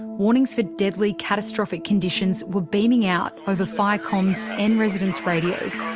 warnings for deadly catastrophic conditions were beaming out over fire comms and residents' radios.